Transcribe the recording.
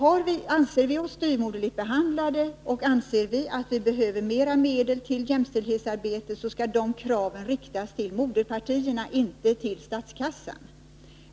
Anser vi oss styvmoderligt behandlade och anser vi att vi behöver mer 137 medel till jämställdhetsarbete, så skall de kraven riktas till moderpartierna, inte till statskassan.